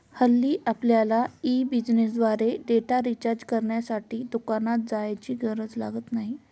हल्ली आपल्यला ई बिझनेसद्वारे डेटा रिचार्ज करण्यासाठी दुकानात जाण्याची गरज लागत नाही